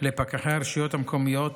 לפקחי הרשויות המקומיות